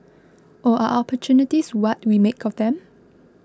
or are opportunities what we make of them